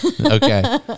Okay